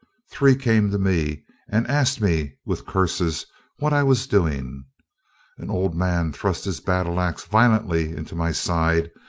three came to me and asked me with curses what i was doing. an old man thrust his battle-axe violently into my side,